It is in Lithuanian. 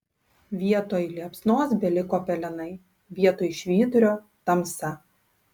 vietoj liepsnos beliko pelenai vietoj švyturio tamsa